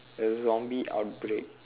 a zombie outbreak